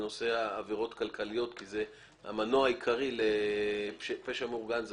בנושא עבירות כלכליות כי זה המנוע העיקרי לפשע מאורגן.